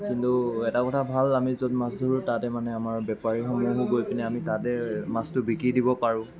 কিন্তু এটা কথা ভাল আমি য'ত মাছ ধৰোঁ তাতে মানে আমাৰ বেপাৰীসমূহো গৈ পিনে আমি তাতে মাছটো বিকি দিব পাৰোঁ